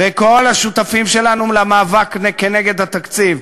וכל השותפים שלנו למאבק נגד התקציב,